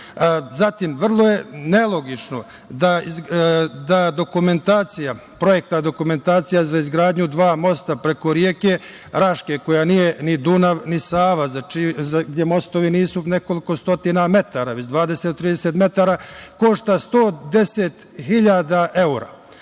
vrlo je nelogično da projektna dokumentacija za izgradnju dva mosta preko reke Raške koja nije ni Dunav, ni Sava, gde mostovi nisu nekoliko stotina metara, već 20, 30 metara, košta 110.000 evra.